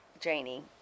Janie